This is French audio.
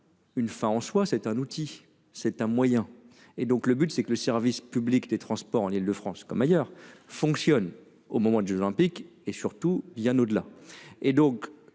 Une fin en soi, c'est un outil, c'est un moyen et donc le but c'est que le service public des transports en Île-de-France comme ailleurs fonctionne au moment de jeux olympiques et surtout il y a là